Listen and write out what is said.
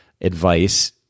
advice